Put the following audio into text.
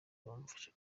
bamufasha